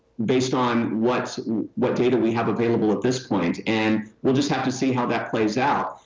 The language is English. based on what what data we have available at this point. and we'll just have to see how that plays out.